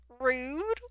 rude